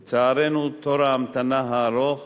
לצערנו, תור ההמתנה הארוך